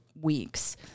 weeks